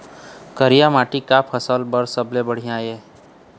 करिया माटी का फसल बर सबले बढ़िया ये?